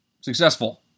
Successful